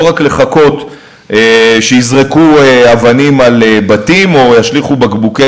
לא רק לחכות שיזרקו אבנים על בתים או שישליכו בקבוקי